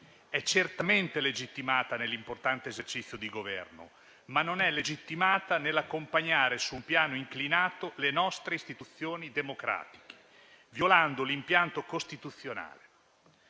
È certamente legittimata nell'importante esercizio di governo, ma non è legittimata ad accompagnare su un piano inclinato le nostre istituzioni democratiche, violando l'impianto costituzionale.